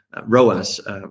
ROAS